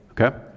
Okay